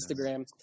Instagram